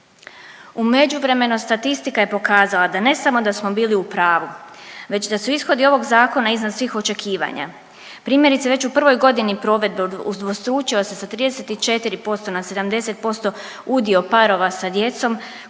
U međuvremenu statistika je pokazala da ne samo da smo bili u pravu već da su ishodi ovog zakona iznad svih očekivanja. Primjerice već u prvoj godini provedbe udvostručio se sa 34% na 70% udio parova sa djecom koji su se